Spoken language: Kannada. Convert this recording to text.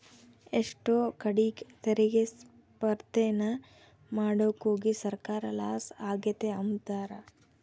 ಎಷ್ಟೋ ಕಡೀಗ್ ತೆರಿಗೆ ಸ್ಪರ್ದೇನ ಮಾಡಾಕೋಗಿ ಸರ್ಕಾರ ಲಾಸ ಆಗೆತೆ ಅಂಬ್ತಾರ